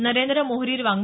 Narendra Mohrir वाड्